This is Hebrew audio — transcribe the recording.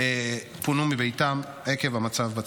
תושבים פונו מביתם עקב המצב בצפון.